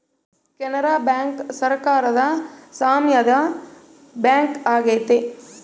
Canara bank ಸರಕಾರದ ಸಾಮ್ಯದ bank ಆಗೈತೆ